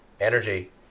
energy